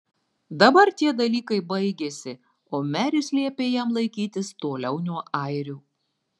dabar tie dalykai baigėsi o meris liepė jam laikytis toliau nuo airių